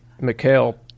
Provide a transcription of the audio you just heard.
Mikhail